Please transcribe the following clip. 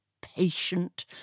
patient